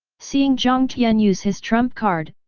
seeing jiang tian use his trump card,